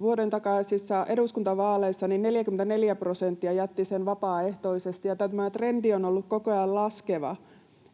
vuoden takaisissa eduskuntavaaleissa jätti vapaaehtoisesti 44 prosenttia. Tämä trendi on ollut koko ajan laskeva,